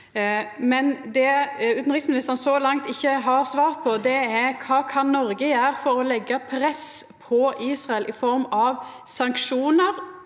USA. Det utanriksministeren så langt ikkje har svart på, er: Kva kan Noreg gjera for å leggja press på Israel i form av sanksjonar